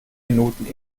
minuten